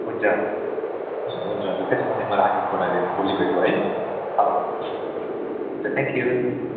हुन्छ हुन् हुन्छ हुन्छ त्यसो भने म राखेँ फोन अहिले भोलि भेटौँ है हवस् हुन्छ थ्याङ्कयू